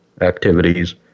activities